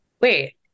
wait